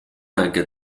anche